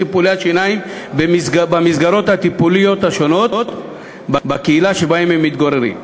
טיפולי השיניים במסגרות הטיפוליות השונות בקהילה שבהן הם מתגוררים.